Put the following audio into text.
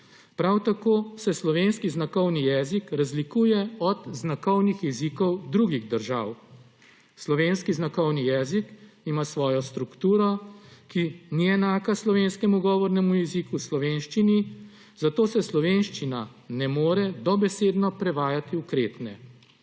Prav tako se slovenski znakovni jezik razlikuje od znakovnih jezikov drugih držav. Slovenski znakovni jezik ima svojo strukturo, ki ni enaka slovenskemu govornemu jeziku slovenščini, zato se slovenščina ne more dobesedno prevajati v kretnje.